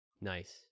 nice